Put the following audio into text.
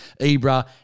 Ibra